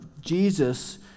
Jesus